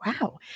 Wow